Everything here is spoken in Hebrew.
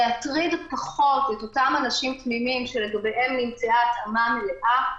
להטריד פחות את אותם אנשים תמימים שלגביהם נמצאה התאמה מלאה.